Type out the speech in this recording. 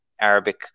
Arabic